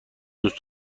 دوست